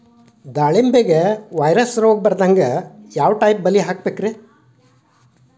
ದಾಳಿಂಬೆಗೆ ವೈರಸ್ ಬರದಂಗ ಯಾವ್ ಟೈಪ್ ಬಲಿ ಹಾಕಬೇಕ್ರಿ?